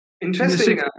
Interesting